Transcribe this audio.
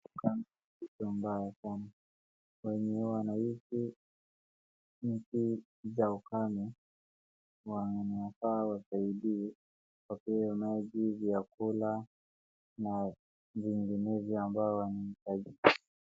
Ukame ni kitu mbaya sana wenye wanaishi nchi za ukame wanafaa wasidiwe maji, vyakula na menginezo ambayo aanahitaji.